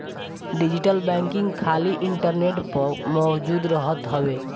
digital banking खाली internet पअ मौजूद रहत हवे